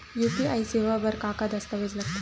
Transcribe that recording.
UPI सेवा बर का का दस्तावेज लगथे?